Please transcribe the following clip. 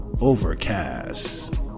Overcast